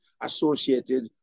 associated